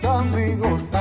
amigos